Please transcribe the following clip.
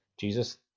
jesus